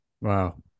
Wow